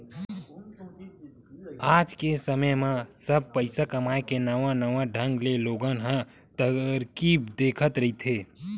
आज के समे म सब पइसा कमाए के नवा नवा ढंग ले लोगन ह तरकीब देखत रहिथे